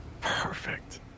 Perfect